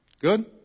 Good